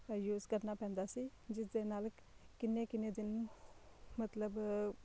use ਕਰਨਾ ਪੈਂਦਾ ਸੀ ਜਿਸਦੇ ਨਾਲ਼ ਕਿੰਨੇ ਕਿੰਨੇ ਦਿਨ ਮਤਲਬ